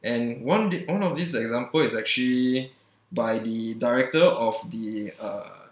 and one thi~ one of this example is actually by the director of the uh